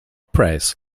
press